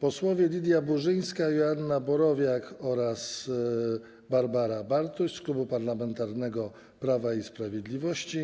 Panie poseł Lidia Burzyńska i Joanna Borowiak oraz Barbara Bartuś z Klubu Parlamentarnego Prawo i Sprawiedliwość